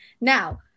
Now